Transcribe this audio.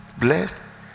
blessed